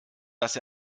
dass